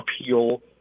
appeal